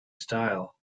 style